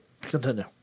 Continue